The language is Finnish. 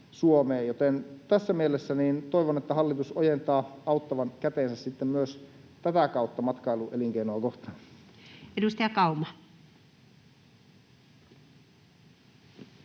joten tässä mielessä toivon, että hallitus ojentaa auttavan kätensä sitten myös tätä kautta matkailuelinkeinoa kohtaan. [Speech 42]